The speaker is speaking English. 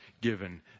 given